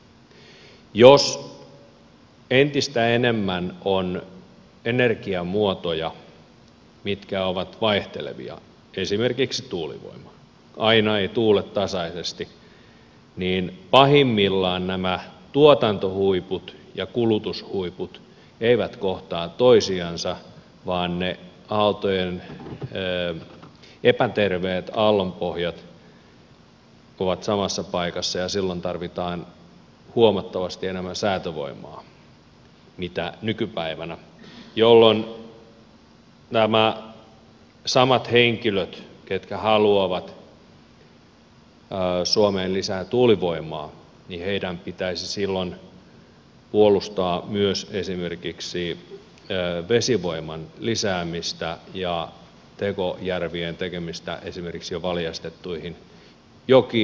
jos entistä enemmän on energiamuotoja mitkä ovat vaihtelevia esimerkiksi tuulivoima aina ei tuule tasaisesti niin pahimmillaan nämä tuotantohuiput ja kulutushuiput eivät kohtaa toisiansa vaan ne epäterveet aallonpohjat ovat samassa paikassa ja silloin tarvitaan huomattavasti enemmän säätövoimaa kuin nykypäivänä jolloin näiden samojen henkilöiden ketkä haluavat suomeen lisää tuulivoimaa pitäisi silloin puolustaa myös esimerkiksi vesivoiman lisäämistä ja tekojärvien tekemistä esimerkiksi jo valjastettuihin jokiin